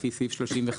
לפי סעיף 35,